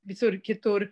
visur kitur